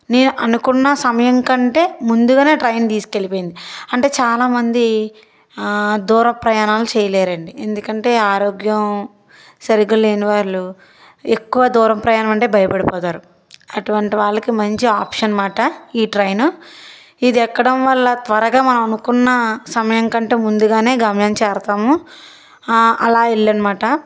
నేను అనుకున్న సమయం కంటే ముందుగానే ట్రైన్ తీసుకెళ్ళిపోయింది అంటే చాలా మంది దూర ప్రయాణాలు చేయలేరండి ఎందుకంటే ఆరోగ్యం సరిగా లేని వాళ్ళు ఎక్కువ దూరం ప్రయాణం అంటే భయపడిపోతారు అటువంటి వాళ్ళకి మంచి ఆప్షన్ మాట ఈ ట్రైన్ ఇది ఎక్కడం వాళ్ళ త్వరగా మనం అనుకున్న సమయం కంటే ముందుగానే గమ్యం చేరుతాము అలా వెళ్ళన్నమాట